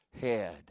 head